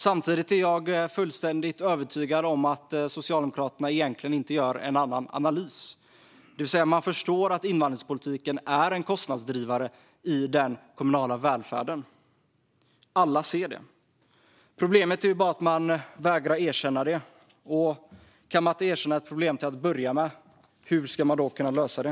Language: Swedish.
Samtidigt är jag fullständigt övertygad om att Socialdemokraterna egentligen inte gör någon annan analys. Man förstår alltså att invandringspolitiken är en kostnadsdrivare i den kommunala välfärden. Alla ser det. Problemet är bara att man vägrar erkänna det. Och om man inte kan erkänna ett problem till att börja med, hur ska man då kunna lösa det?